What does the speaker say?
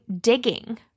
digging